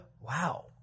Wow